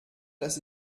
das